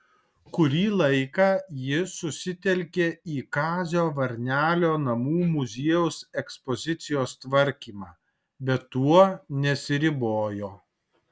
kurį laiką ji susitelkė į kazio varnelio namų muziejaus ekspozicijos tvarkymą bet tuo nesiribojo